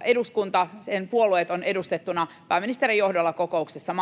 eduskunta ja sen puolueet ovat edustettuina pääministerin johdolla maanantaina kokouksessa,